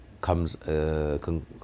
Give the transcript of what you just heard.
comes